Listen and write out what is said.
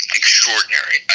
extraordinary